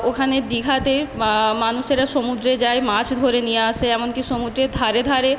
ওখানে দিঘাতে মানুষেরা সমুদ্রে যায় মাছ ধরে নিয়ে আসে এমনকি সমুদ্রের ধারে ধারে